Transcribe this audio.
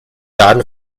daten